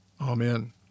Amen